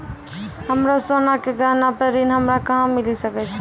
हमरो सोना के गहना पे ऋण हमरा कहां मिली सकै छै?